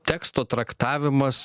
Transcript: teksto traktavimas